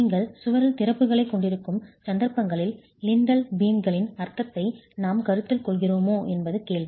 நீங்கள் சுவரில் திறப்புகளைக் கொண்டிருக்கும் சந்தர்ப்பங்களில் லிண்டல் பீம்களின் அர்த்தத்தை நாம் கருத்தில் கொள்கிறோமா என்பது கேள்வி